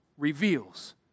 reveals